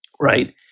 right